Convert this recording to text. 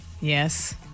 Yes